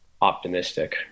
optimistic